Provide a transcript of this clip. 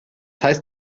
heißt